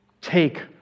take